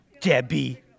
Debbie